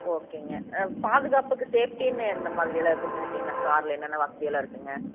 ஓகேங்க பாதுகாப்புக்கு சேஃப்டினு எந்த மாதிரியெல்லாம் கொடுத்துருக்கீங்க அந்த காரில் என்னென்ன வசதியெல்லாம் இருக்குதுங்க